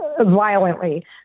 violently